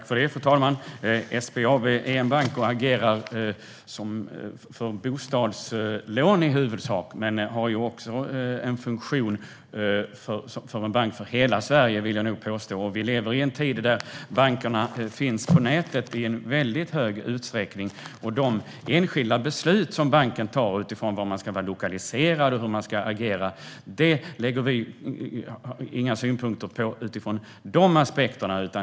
Fru talman! SBAB är en bank som i huvudsak agerar för bostadslån men som också har en funktion som bank för hela Sverige, vill jag påstå. Vi lever i en tid där bankerna finns på nätet i en väldigt hög utsträckning, och de enskilda beslut som banken tar utifrån var man ska vara lokaliserad och hur man ska agera lägger vi inga synpunkter på utifrån de aspekterna.